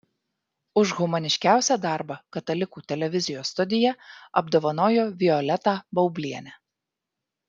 už humaniškiausią darbą katalikų televizijos studija apdovanojo violetą baublienę